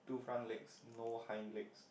two front legs no hind legs